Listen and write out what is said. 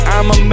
I'ma